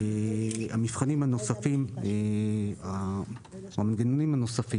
המבחנים הנוספים או המנגנונים הנוספים